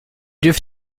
dürft